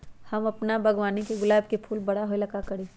हम अपना बागवानी के गुलाब के फूल बारा होय ला का करी?